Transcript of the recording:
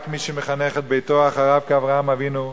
רק מי שמחנך את ביתו אחריו כאברהם אבינו,